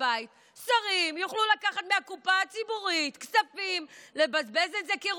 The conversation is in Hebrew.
שרים יוכלו לקחת מהקופה הציבורית כספים ולבזבז את זה כראות עיניהם,